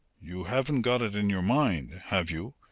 you haven't got it in your mind, have you,